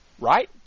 right